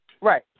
Right